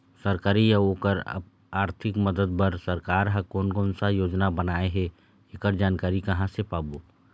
सरकारी अउ ओकर आरथिक मदद बार सरकार हा कोन कौन सा योजना बनाए हे ऐकर जानकारी कहां से पाबो?